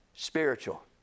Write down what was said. Spiritual